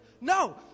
No